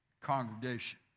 congregation